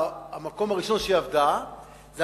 ולא המקום הראשון שהיא עבדה בו,